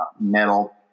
metal